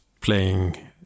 playing